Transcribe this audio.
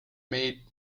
made